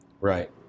right